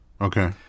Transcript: Okay